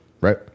right